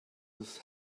this